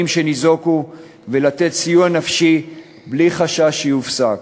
שניזוקו ולתת סיוע נפשי בלי חשש שיופסק.